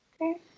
okay